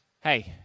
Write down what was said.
hey